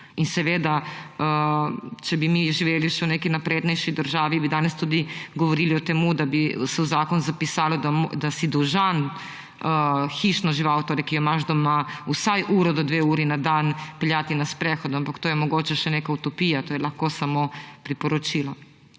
In če bi mi živeli še v neki naprednejši državi, bi danes tudi govorili o tem, da bi se v zakon zapisalo, da si dolžan hišno žival, torej ki jo imaš doma, vsaj uro do dve uri na dan peljati na sprehod, ampak to je mogoče še neka utopija. To je lahko samo priporočilo.